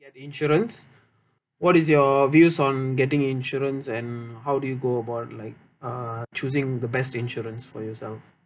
get insurance what is your views on getting insurance and how do you go about like uh choosing the best insurance for yourself